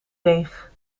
deeg